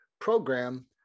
program